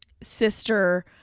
sister